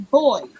boy